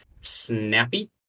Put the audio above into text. snappy